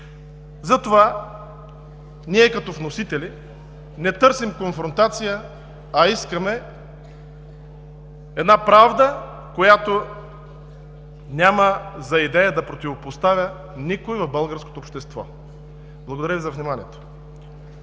Затова ние като вносители не търсим конфронтация, а искаме една правда, която няма за идея да противопоставя никой в българското общество. Благодаря Ви за вниманието.